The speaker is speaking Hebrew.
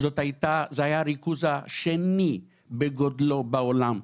זה היה הריכוז השני בגודלו בעולם,